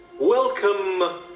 Welcome